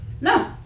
No